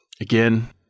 Again